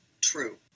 true